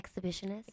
exhibitionist